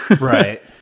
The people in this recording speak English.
right